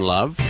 Love